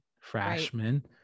Freshman